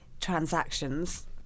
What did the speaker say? transactions